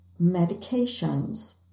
medications